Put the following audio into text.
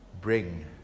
bring